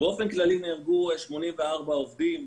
באופן כללי נהרגו 84 עובדים.